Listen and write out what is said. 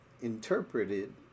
interpreted